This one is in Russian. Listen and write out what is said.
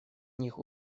них